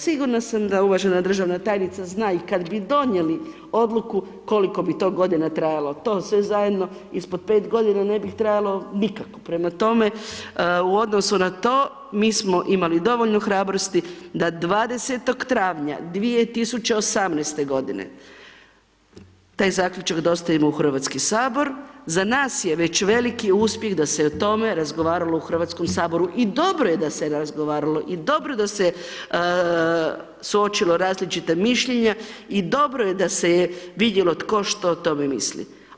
Sigurna sam da uvažena državna tajnica zna i kad bi donijeli Odluku, koliko bi to godina trajalo, to sve zajedno ispod 5 godina ne bi trajalo nikako, prema tome u odnosu na to, mi smo imali dovoljno hrabrosti da 20. travnja 2018. godine, taj Zaključak dostavimo u Hrvatski sabor, za nas je već veliki uspjeh da se o tome razgovaralo u Hrvatskom saboru i dobro je da se razgovaralo, i dobro da se je suočilo različita mišljenja, i dobro je da se je vidjelo tko što o tome misli.